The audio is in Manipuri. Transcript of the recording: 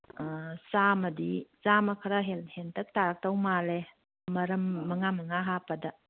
ꯆꯥꯝꯃꯗꯤ ꯆꯥꯝꯃ ꯈꯔ ꯍꯦꯟꯇꯛ ꯇꯥꯔꯛꯇꯧ ꯃꯥꯜꯂꯦ ꯃꯔꯝ ꯃꯉꯥ ꯃꯉꯥ ꯍꯥꯞꯄꯗ